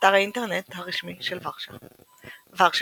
אתר האינטרנט הרשמי של ורשה ורשה,